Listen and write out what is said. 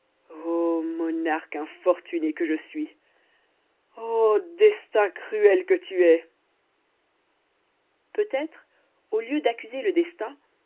o monarque infortuné que je suis ô destin cruel que tu es peut-être au lieu d'accuser le destin